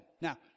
Now